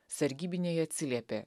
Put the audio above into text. sargybiniai atsiliepė